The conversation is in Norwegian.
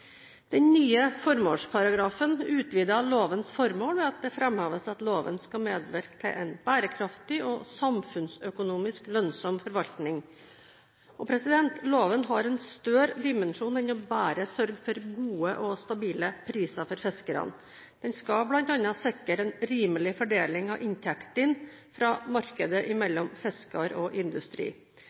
Den nye formålsparagrafen utvider lovens formål ved at det framheves at loven skal medvirke til en bærekraftig og samfunnsøkonomisk lønnsom forvaltning. Loven har en større dimensjon enn bare å sørge for gode og stabile priser for fiskerne. Den skal bl.a. sikre en rimelig fordeling av inntektene fra markedet mellom fisker og industri.